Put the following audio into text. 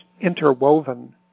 interwoven